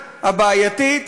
הבעייתית,